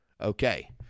Okay